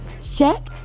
check